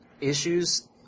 issues